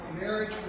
marriage